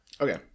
okay